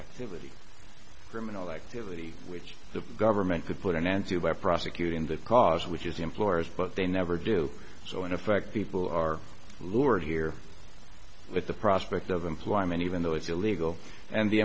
activity criminal activity which the government could put an end to by prosecuting the cause which is the employers but they never do so in effect people are lured here but the prospect of them fly men even though it's illegal and the